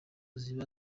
ziba